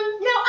no